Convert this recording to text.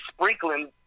sprinkling